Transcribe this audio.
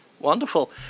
Wonderful